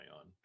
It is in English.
on